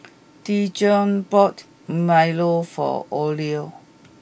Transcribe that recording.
Dijon bought milo for Ole